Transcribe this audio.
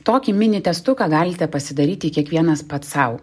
tokį mini testuką galite pasidaryti kiekvienas pats sau